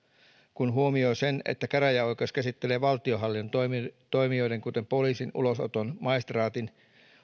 kun huomioi sen että käräjäoikeus käsittelee valtionhallinnon toimijoiden asioita kuten poliisin ulosoton maistraatin